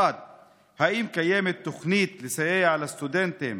1. האם קיימת תוכנית לסיוע לסטודנטים